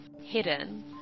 hidden